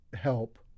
help